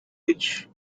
rich